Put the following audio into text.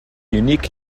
unique